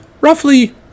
roughly